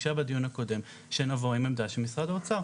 ביקשה בדיון הקודם שנבוא עם עמדה של משרד האוצר,